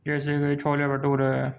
جیسے کہ چھولے بھٹورے